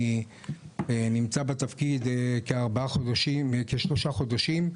אני נמצא בתפקיד כשלושה חודשים,